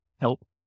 help